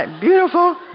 beautiful